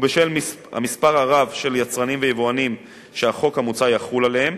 ובשל המספר הרב של יצרנים ויבואנים שהחוק המוצע יחול עליהם,